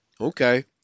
Okay